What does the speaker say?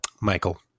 Michael